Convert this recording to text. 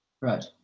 Right